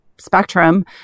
spectrum